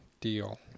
Deal